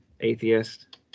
atheist